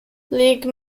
league